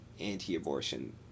Anti-abortion